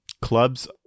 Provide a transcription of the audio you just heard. clubs